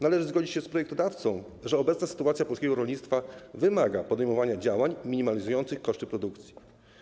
Należy zgodzić się z projektodawcą, że obecna sytuacja polskiego rolnictwa wymaga podejmowania działań minimalizujących koszty produkcji.